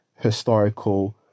historical